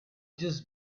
just